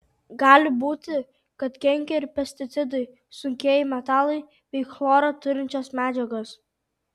gali būti kad kenkia ir pesticidai sunkieji metalai bei chloro turinčios medžiagos